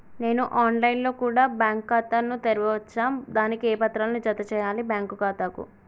నేను online లో కూడా బ్యాంకు ఖాతా ను తెరవ వచ్చా? దానికి ఏ పత్రాలను జత చేయాలి బ్యాంకు ఖాతాకు?